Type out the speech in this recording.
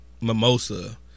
mimosa